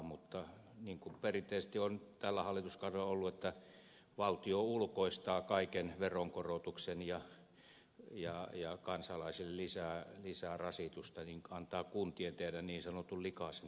mutta niin kuin perinteisesti on tällä hallituskaudella ollut niin valtio ulkoistaa kaiken veronkorotuksen lisää kansalaisten rasitusta ja antaa kuntien tehdä niin sanotun likaisen työn